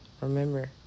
remember